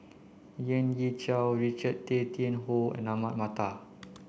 Lien Ying Chow Richard Tay Tian Hoe and Ahmad Mattar